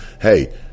hey